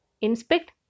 inspect